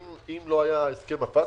אם לא היה את הסכם הפטקא,